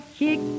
kick